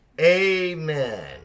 Amen